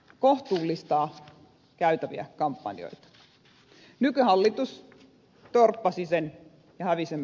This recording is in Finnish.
nykyhallitus torppasi sen ja hävisimme sen äänestyksessä